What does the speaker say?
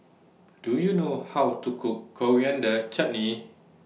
Do YOU know How to Cook Coriander Chutney